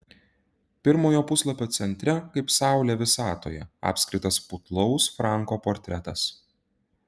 pirmojo puslapio centre kaip saulė visatoje apskritas putlaus franko portretas